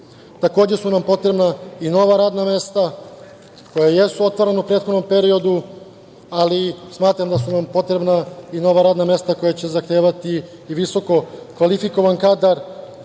su nam potrebna i nova radna mesta koja jesu otvarana u prethodnom periodu, ali smatram da su nam potrebna i nova radna mesta koja će zahtevati i visokokvalifikovan kadar,